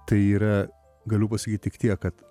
tai yra galiu pasakyt tik tiek kad